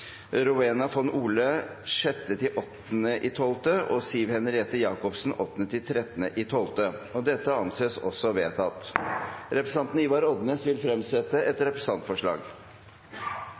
Rowena von Ohle 6.–8. desember og Siv Henriette Jacobsen 8.–13. desember – Det anses vedtatt. Representanten Ivar Odnes vil fremsette et representantforslag.